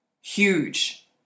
huge